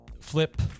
Flip